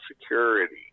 security